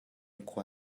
khua